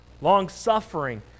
long-suffering